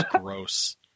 gross